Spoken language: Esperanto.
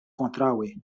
kontraŭe